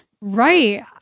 Right